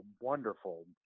wonderful